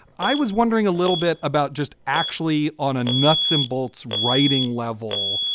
i was wondering a little bit about just actually on a nuts and bolts writing level.